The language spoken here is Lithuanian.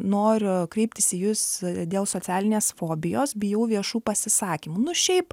noriu kreiptis į jus dėl socialinės fobijos bijau viešų pasisakymų nu šiaip